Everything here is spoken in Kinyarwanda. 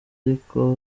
ariko